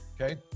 Okay